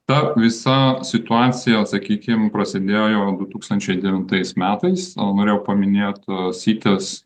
ta visa situacija sakykim prasidėjo jau du tūkstančiai devintais metais norėjau paminėt cites